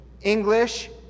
English